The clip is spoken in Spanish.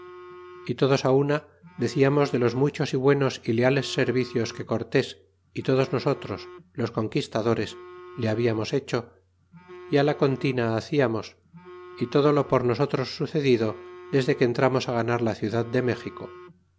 y todos una decíamos de los muchos y buenos é leales servicios que cortés y todos nosotros los conquistadores le babiamos hecho y la contina hacíamos y todo lo por nosotros sucedido desde que entramos ganar la ciudad de méxico